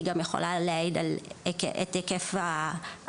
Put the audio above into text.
זה גם יכול להעיד על היקף האכיפה.